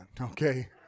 okay